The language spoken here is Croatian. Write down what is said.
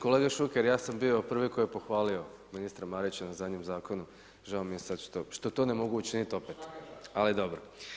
Kolega Šuker, ja sam bio prvi koji je pohvalio ministra Marića na zadnjem zakonu, žao mi je sada što to ne mogu učiniti opet, ali dobro.